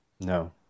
no